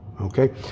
okay